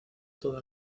toda